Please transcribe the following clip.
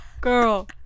Girl